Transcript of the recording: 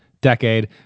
decade